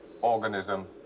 organism